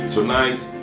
Tonight